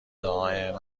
دائما